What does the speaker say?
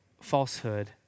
falsehood